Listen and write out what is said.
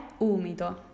umido